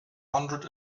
hundred